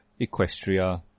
equestria